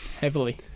heavily